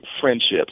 friendships